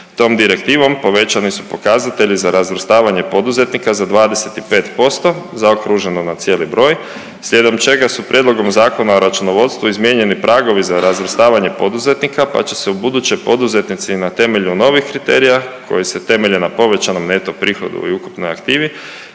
Tom direktivom povećani su pokazatelji za razvrstavanje poduzetnika za 25%, zaokruženo na cijeli broj, slijedom čega su prijedlogom zakona o računovodstvu izmijenjeni pragovi za razvrstavanje poduzetnika pa će se ubuduće poduzetnici na temelju novih kriterija koji se temelje na povećanom neto prihodu i ukupnoj aktivi